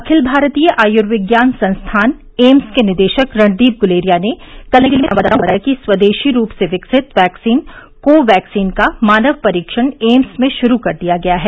अखिल भारतीय आयुर्विज्ञान संस्थान एम्स के निदेशक रणदीप गुलेरिया ने कल नई दिल्ली में संवाददाताओं को बताया कि स्वदेशी रूप से विकसित वैक्सीन को वैक्सिन का मानव परीक्षण एम्स में शुरू कर दिया गया है